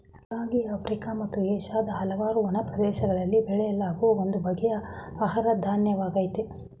ರಾಗಿ Africa ಮತ್ತು ಏಷ್ಯಾದ ಹಲವಾರು ಒಣ ಪ್ರದೇಶಗಳಲ್ಲಿ ಬೆಳೆಯಲಾಗೋ ಒಂದು ಬಗೆಯ ಆಹಾರ ಧಾನ್ಯವಾಗಯ್ತೆ